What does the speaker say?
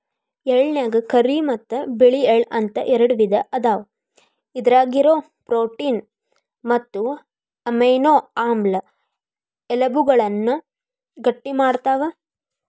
ಎಳ್ಳನ್ಯಾಗ ಕರಿ ಮತ್ತ್ ಬಿಳಿ ಎಳ್ಳ ಅಂತ ಎರಡು ವಿಧ ಅದಾವ, ಇದ್ರಾಗಿರೋ ಪ್ರೋಟೇನ್ ಮತ್ತು ಅಮೈನೋ ಆಮ್ಲ ಎಲಬುಗಳನ್ನ ಗಟ್ಟಿಮಾಡ್ತಾವ